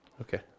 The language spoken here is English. Okay